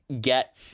get